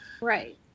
Right